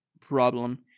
problem